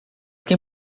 quem